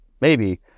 Maybe-